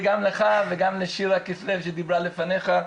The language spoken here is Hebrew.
גם עליך וגם על שירה כסלו שדיברה לפני כן.